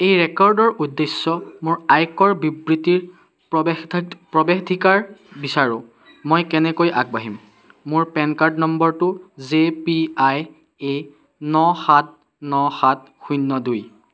এই ৰেকৰ্ডৰ উদ্দেশ্যে মোৰ আয়কৰ বিবৃতিৰ প্ৰৱেশাধিকাৰ বিচাৰোঁ মই কেনেকৈ আগবাঢ়িম মোৰ পেন কাৰ্ড নম্বৰটো জে পি আই এ ন সাত ন সাত শূন্য দুই